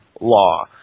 law